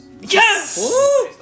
Yes